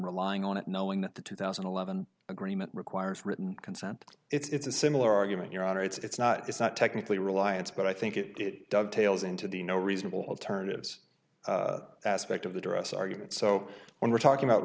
relying on it knowing that the two thousand and eleven agreement requires written consent it's a similar argument your honor it's not it's not technically reliance but i think it did ducktails into the no reasonable alternatives aspect of the dress argument so when we're talking about